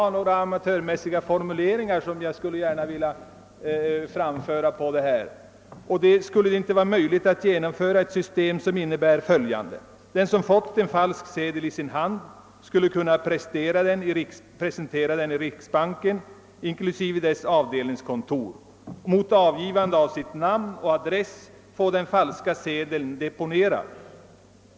Låt mig emellertid framföra några amatörmässiga Ssynpunkter. Skulle det inte vara möjligt att genomföra ett system som innebär följan de: Den som fått en falsk sedel i sin hand skulle kunna presentera den i riksbanken, inklusive dess avdelningskontor, mot angivande av sitt namn och adress och få den falska sedeln deponerad.